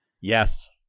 Yes